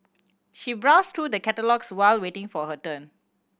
she browsed through the catalogues while waiting for her turn